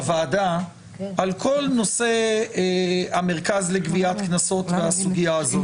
לוועדה על כל נושא המרכז לגביית קנסות והסוגיה הזו.